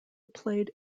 played